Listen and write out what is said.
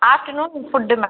afternoon food ma'am